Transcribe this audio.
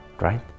right